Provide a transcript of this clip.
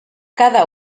cada